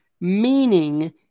meaning